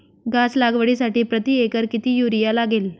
घास लागवडीसाठी प्रति एकर किती युरिया लागेल?